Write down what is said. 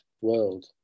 world